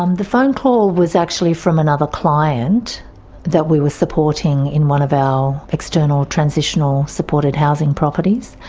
um the phone call was actually from another client that we were supporting in one of our external transitional supported housing properties.